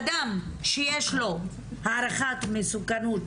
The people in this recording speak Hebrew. אדם שיש לו הערכת מסוכנות,